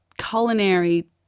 culinary